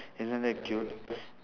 isn't that cute